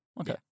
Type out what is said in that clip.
Okay